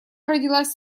родилась